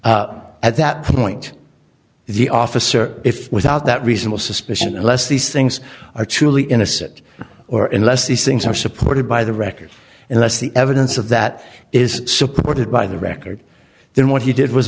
much at that point the officer if without that reasonable suspicion unless these things are truly innocent or unless these things are supported by the record unless the evidence of that is supported by the record then what he did was